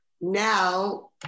now